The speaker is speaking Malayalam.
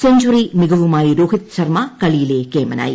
സെഞ്ചറി മികവുമായി രോഹിത് ശർമ്മ കളിയിലെ കേമനായി